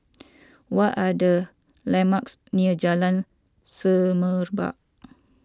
what are the landmarks near Jalan Semerbak